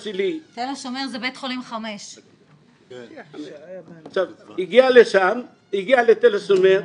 תל השומר זה בית חולים 5. הוא הגיע לתל השומר,